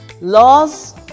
laws